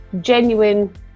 genuine